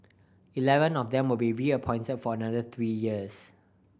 eleven of them will be reappointed for another three years